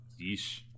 yeesh